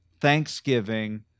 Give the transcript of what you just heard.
Thanksgiving